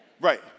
Right